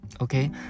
okay